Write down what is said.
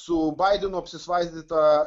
su baidenu svaidyta